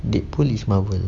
deadpool is Marvel